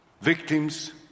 victims